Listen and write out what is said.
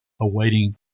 awaiting